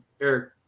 Eric